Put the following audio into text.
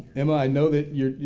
emma, i know that you're.